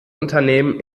unternehmen